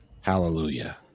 Hallelujah